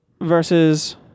versus